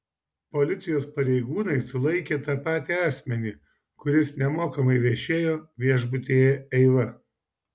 policijos pareigūnai sulaikė tą patį asmenį kuris nemokamai viešėjo viešbutyje eiva